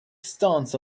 stance